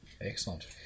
Excellent